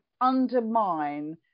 undermine